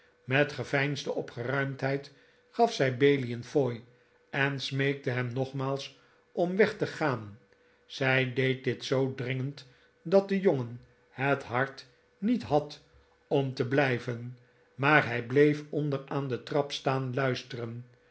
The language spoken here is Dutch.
met geveinsde opgeruimdheid gaf zij bailey een fooi en smeekte hem nogmaals om weg te gaan zij deed dit zoo dringend dat de jongen het hart niet had om te blijven maar hij bleef onder aan de trap staan luisteren